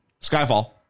Skyfall